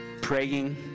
praying